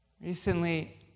Recently